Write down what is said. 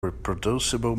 reproducible